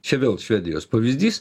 čia vėl švedijos pavyzdys